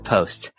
Post